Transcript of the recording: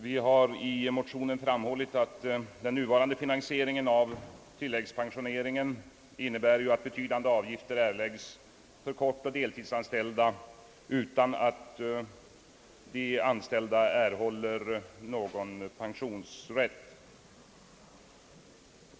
Vi har i motionen framhållit, att den nuvarande finansieringen av tillläggspensioneringen innebär, att betydande avgifter erläggs för korttidsoch deltidsanställda utan att de anställda erhåller någon pensionsrätt.